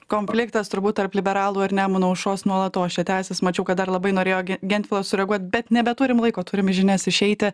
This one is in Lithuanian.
konfliktas turbūt tarp liberalų ir nemuno aušros nuolatos čia tęsis mačiau kad dar labai norėjo ge gentvilas sureaguot bet nebeturim laiko turim į žinias išeiti